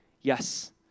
Yes